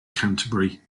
canterbury